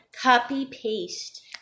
Copy-paste